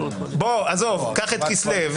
קח את כסלו,